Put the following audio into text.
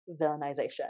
villainization